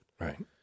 Right